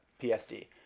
psd